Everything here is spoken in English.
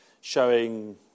showing